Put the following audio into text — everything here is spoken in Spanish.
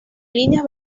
líneas